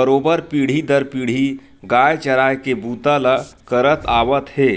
बरोबर पीढ़ी दर पीढ़ी गाय चराए के बूता ल करत आवत हे